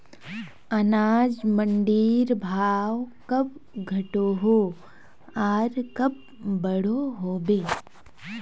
अनाज मंडीर भाव कब घटोहो आर कब बढ़ो होबे?